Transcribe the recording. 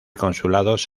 consulados